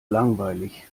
langweilig